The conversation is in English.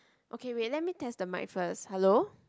okay wait let me test the mic first hello